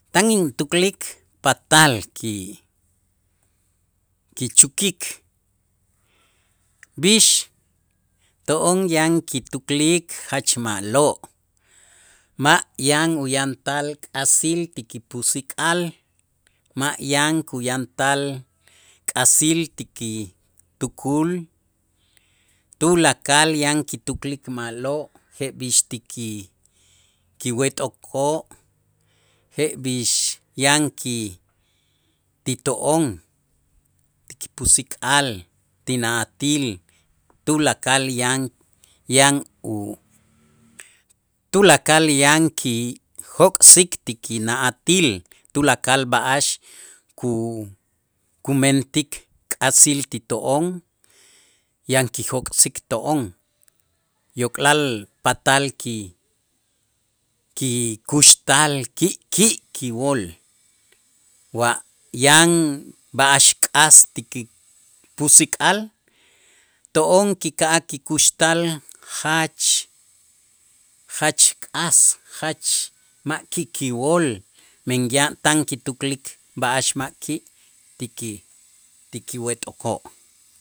Tan intuklik patal ki- kichukik b'ix to'on yan kituklik jach ma'lo', ma' yan uyantal k'asil ti kipusik'al ma' yan kuyantal k'asil ti kitukul tulakal yan kituklik ma'lo', jeb'ix ti ki- kiwet'okoo' jeb'ix yan ki ti to'on ti kipusik'al ti na'atil tulakal yan yan u tulakal yan kijok'sik ti kina'atil tulakal b'a'ax ku- kumentik k'asil ti to'on yan kijok'sik to'on yok'lal patal ki- kikuxtal ki'ki' kiwool wa yan b'a'ax k'as ti kipusik'al to'on kika'aj kikuxtal jach jach k'as jach ma' ki'ki' wool, men yan tan kutuklik b'a'ax ma' ki' ti ki ti kiwet'okoo'.